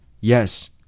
Yes